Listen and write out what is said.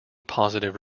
positive